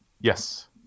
Yes